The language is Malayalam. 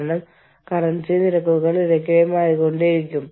മറ്റ് രാജ്യങ്ങളിൽ ഇത് അത്ര വ്യക്തമല്ല